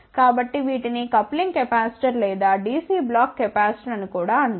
కాబట్టి వీటిని coupling capacitor లేదా DC బ్లాక్ కెపాసిటర్ అని కూడా అంటారు